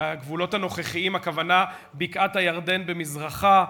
הגבולות הנוכחיים הכוונה בקעת-הירדן במזרחה,